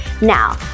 Now